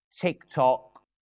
TikTok